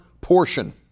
portion